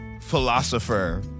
philosopher